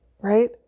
Right